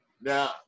Now